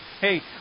hey